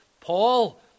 Paul